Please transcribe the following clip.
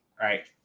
right